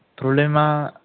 प्रब्लेमा